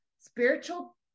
spiritual